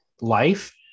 life